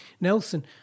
Nelson